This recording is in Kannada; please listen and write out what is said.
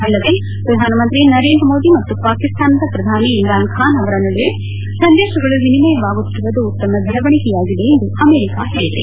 ಅಲ್ಲದೆ ಪ್ರಧಾನಮಂತ್ರಿ ನರೇಂದ್ರ ಮೋದಿ ಮತ್ತು ಪಾಕಿಸ್ತಾನದ ಪ್ರಧಾನಿ ಇಮ್ರಾನ್ ಖಾನ್ ಅವರ ನಡುವೆ ಸಂದೇಶಗಳು ವಿನಿಮಯವಾಗುತ್ತಿರುವುದು ಉತ್ತಮ ಬೆಳವಣಿಗೆಯಾಗಿದೆ ಎಂದು ಅಮೆರಿಕಾ ಹೇಳಿದೆ